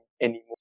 anymore